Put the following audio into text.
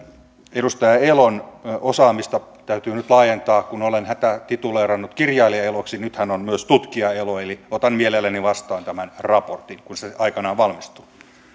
edustaja elon osaamista täytyy nyt laajentaa kun olen häntä tituleerannut kirjailija eloksi nyt hän on myös tutkija elo eli otan mielelläni vastaan tämän raportin kun se aikanaan valmistuu